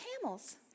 camels